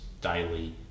daily